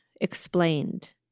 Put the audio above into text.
explained